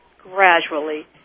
gradually